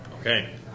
Okay